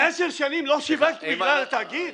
עשר שנים לא שיווקתם בגלל התאגיד?